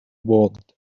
bold